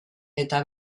eta